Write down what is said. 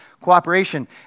cooperation